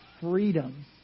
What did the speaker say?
freedom